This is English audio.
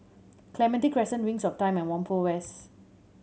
Clementi Crescent Wings of Time and Whampoa West